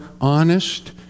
honest